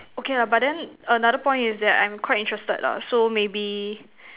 okay lah but then another point is that I'm quite interested lah so maybe